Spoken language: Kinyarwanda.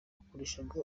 bakoreshaga